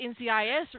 NCIS